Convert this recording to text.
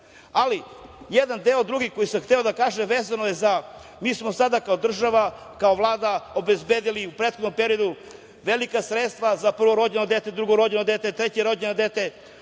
odraditi. Jedan drugi deo koji sam hteo da kažem, a vezano je za… Mi smo sada kao država, kao vlada obezbedili u prethodnom periodu velika sredstva za prvorođeno dete, drugorođeno dete, trećerođeno dete.